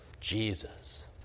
Jesus